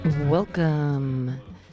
Welcome